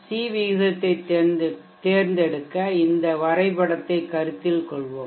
C விகிதத்தைத் தேர்ந்தெடுக்க இந்த வரைபடத்தைக் கருத்தில் கொள்வோம்